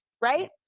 right